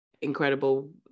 incredible